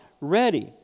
ready